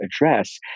address